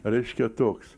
reiškia toks